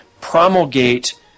promulgate